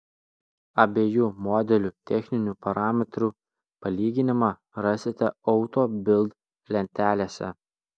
abiejų modelių techninių parametrų palyginimą rasite auto bild lentelėse